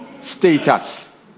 status